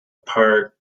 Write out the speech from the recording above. park